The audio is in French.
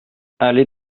allée